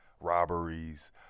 robberies